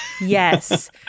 Yes